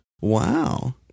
Wow